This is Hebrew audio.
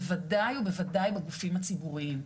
בוודאי ובוודאי בגופים הציבוריים.